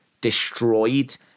destroyed